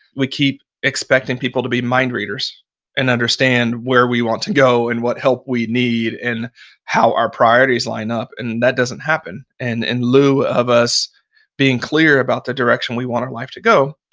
we keep expecting people to be mindreaders and understand where we want to go and what help we need and how our priorities line up. and that doesn't happen. and in lieu of us being clear about the direction we want our life to go,